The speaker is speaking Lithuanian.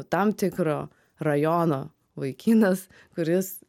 tam tikro rajono vaikinas kuris